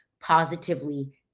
positively